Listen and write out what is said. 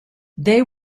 they